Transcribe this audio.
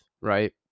right